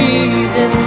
Jesus